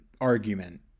argument